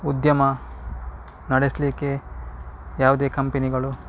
ಉದ್ಯಮ ನಡೆಸಲಿಕ್ಕೆ ಯಾವುದೇ ಕಂಪೆನಿಗಳು